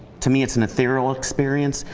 to me it's an a thrill experience.